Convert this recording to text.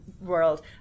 world